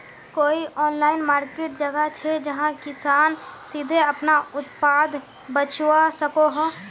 कोई online market जगह छे जहाँ किसान सीधे अपना उत्पाद बचवा सको हो?